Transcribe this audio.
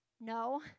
No